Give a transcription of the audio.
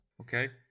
okay